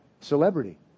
celebrity